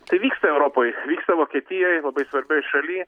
tai vyksta europoj vyksta vokietijoj labai svarbioj šaly